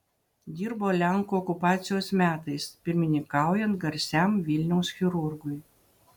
dirbo lenkų okupacijos metais pirmininkaujant garsiam vilniaus chirurgui